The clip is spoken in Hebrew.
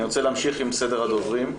אני רוצה להמשיך עם סדר הדוברים.